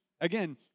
Again